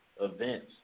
events